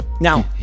Now